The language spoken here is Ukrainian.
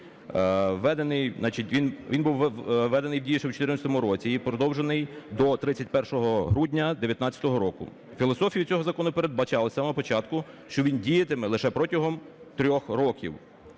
він був введений в дію ще в 14-му році і продовжений до 31 грудня 19-го року. Філософія цього закону передбачала з самого початку, що він діятиме лише протягом 3 років.